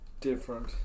Different